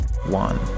one